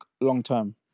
long-term